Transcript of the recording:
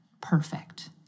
perfect